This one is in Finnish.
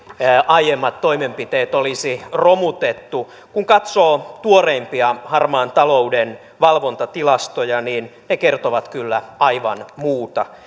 aiemmat toimenpiteet olisi romutettu kun katsoo tuoreimpia harmaan talouden valvontatilastoja niin ne kertovat kyllä aivan muuta